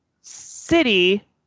city